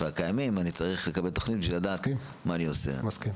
הקיימים אני צריך לקבל תכנית כדי לדעת מה אני עושה -- אני מסכים.